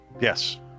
Yes